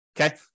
Okay